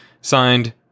Signed